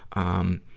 um,